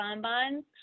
bonbons